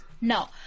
No